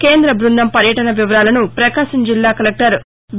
కేంద్ర బృందం పర్యటన వివరాలను ప్రకాశం జిల్లా కలెక్టర్ వి